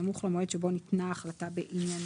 בסמוך למועד שבו ניתנה החלטה בעניינם.